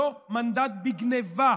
לא מנדט בגנבה,